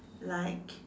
like